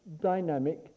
dynamic